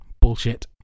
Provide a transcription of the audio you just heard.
bullshit